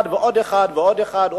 אחד ועוד אחד ועוד אחד,